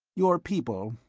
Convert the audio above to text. your people,